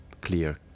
clear